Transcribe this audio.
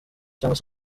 cyangwa